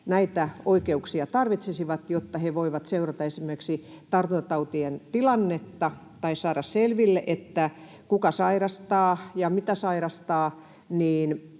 näitä oikeuksia tarvitsisivat, jotta he voivat seurata esimerkiksi tartuntatautien tilannetta tai saada selville, kuka sairastaa ja mitä sairastaa,